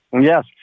Yes